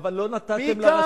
אבל לא נתתם לרשות.